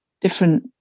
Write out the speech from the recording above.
different